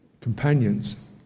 companions